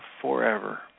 forever